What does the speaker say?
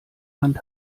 hand